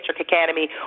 Academy